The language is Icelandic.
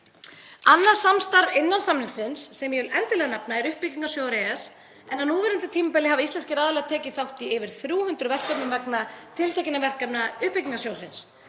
Annað samstarf innan samningsins sem ég vil endilega nefna er uppbyggingarsjóður EES en á núverandi tímabili hafa íslenskir aðilar tekið þátt í yfir 300 verkefnum vegna tiltekinna verkefna uppbyggingarsjóðsins.